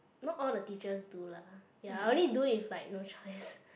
not all the teachers do lah ya I'll only do it if like no choice